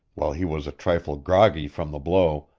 while he was a trifle groggy from the blow,